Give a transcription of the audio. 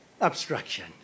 obstruction